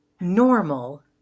Normal